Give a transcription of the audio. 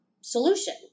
solution